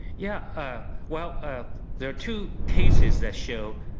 yeah, well, there are two cases that show,